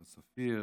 חבר הכנסת אופיר,